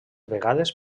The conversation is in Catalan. vegades